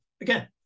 again